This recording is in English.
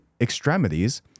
extremities